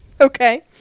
Okay